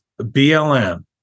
BLM